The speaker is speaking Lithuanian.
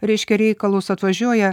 reiškia reikalus atvažiuoja